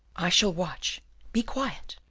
i shall watch be quiet.